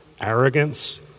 arrogance